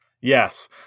Yes